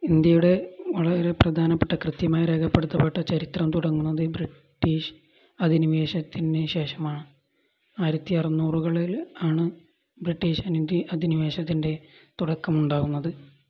ഇന്ത്യയുടെ വളരെ പ്രധാനപ്പെട്ട കൃത്യമായി രേഖപ്പെടുത്തപ്പെട്ട ചരിത്രം തുടങ്ങുന്നത് ബ്രിട്ടീഷ് അധിനിവേശത്തിനു ശേഷമാണ് ആയിരത്തി അറുന്നൂറുകളിൽ ആണ് ബ്രിട്ടീഷ് അധിനിവേശത്തിൻ്റെ തുടക്കം ഉണ്ടാവുന്നത്